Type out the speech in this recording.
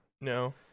No